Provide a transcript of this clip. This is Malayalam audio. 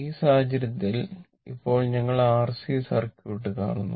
ഈ സാഹചര്യത്തിൽ ഇപ്പോൾ ഞങ്ങൾ RC സർക്യൂട്ട് കാണുന്നു